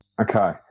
Okay